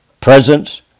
presence